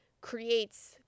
creates